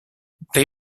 they